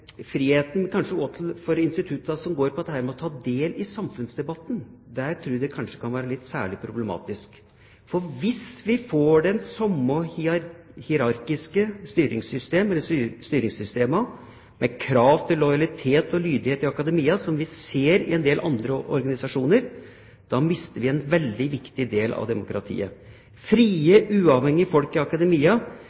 til den akademiske friheten for instituttene til å ta del i samfunnsdebatten. Der tror jeg det kanskje kan være litt problematisk. Hvis vi får de samme hierarkiske styringssystemene med krav til lojalitet og lydighet i akademia som vi ser i en del andre organisasjoner, mister vi en veldig viktig del av demokratiet. Frie,